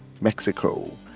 Mexico